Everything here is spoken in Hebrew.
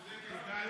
צודקת.